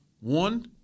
one